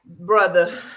brother